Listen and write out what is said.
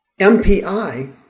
MPI